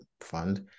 fund